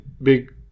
big